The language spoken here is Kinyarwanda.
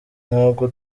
ntabwo